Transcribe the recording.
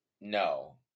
no